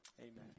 amen